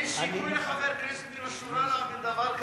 אין סיכוי לחבר כנסת מן השורה להעביר דבר כזה,